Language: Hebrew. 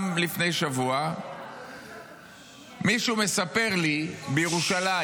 גם לפני שבוע מישהו מספר לי בירושלים